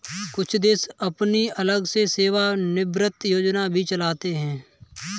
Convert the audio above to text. कुछ देश अपनी अलग से सेवानिवृत्त योजना भी चलाते हैं